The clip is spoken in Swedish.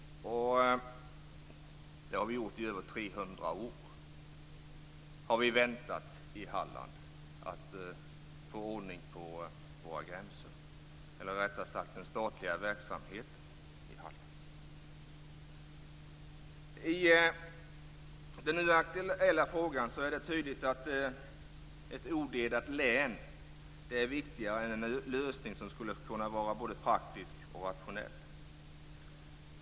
Men vi i Halland har väntat i mer än 300 år på att det skall bli ordning på den statliga verksamheten i Halland. I den nu aktuella frågan är det tydligt att ett odelat län är viktigare än en lösning som skulle kunna vara både praktisk och rationell.